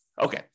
Okay